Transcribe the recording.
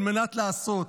על מנת לעשות.